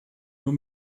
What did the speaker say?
nur